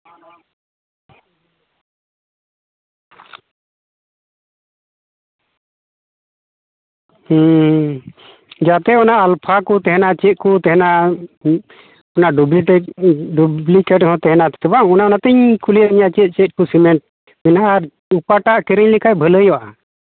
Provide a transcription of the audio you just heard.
ᱡᱟᱛᱮ ᱚᱱᱟ ᱟᱞᱯᱷᱟ ᱠᱚ ᱛᱮᱦᱮᱱᱟ ᱪᱮᱫ ᱠᱚ ᱛᱮᱦᱮᱱᱟ ᱚᱱᱟ ᱰᱩᱵᱞᱤᱠᱮᱴ ᱰᱩᱵᱞᱤᱠᱮᱴ ᱦᱚᱸ ᱛᱮᱦᱮᱱᱟ ᱥᱮ ᱵᱟᱝ ᱚᱱᱮ ᱚᱱᱟᱛᱤᱧ ᱠᱩᱞᱤᱭᱮᱫ ᱢᱮᱭᱟ ᱪᱮᱫ ᱪᱮᱫ ᱠᱚ ᱥᱤᱢᱮᱱᱴ ᱢᱟᱱᱮ ᱚᱠᱟᱴᱟᱜ ᱠᱤᱨᱤᱧ ᱞᱮᱠᱷᱟᱡ ᱵᱷᱟᱞᱮ ᱦᱩᱭᱩᱜᱼᱟ